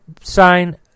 sign